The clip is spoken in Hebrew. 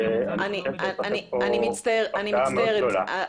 ואני חושב שיש לכם פה הפתעה מאוד גדולה.